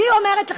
אני אומרת לך,